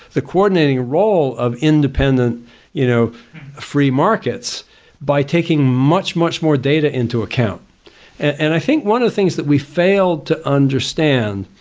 the coordinating role of independent you know free markets by taking much, much more data into account and i think one of the things that we fail to understand,